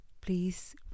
please